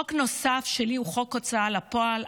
חוק נוסף שלי הוא חוק ההוצאה לפועל,